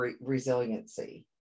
resiliency